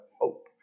hope